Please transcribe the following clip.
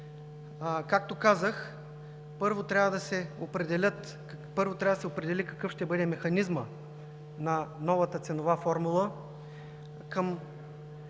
Както казах, първо трябва да се определи какъв ще бъде механизмът на новата ценова формула – към